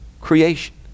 creation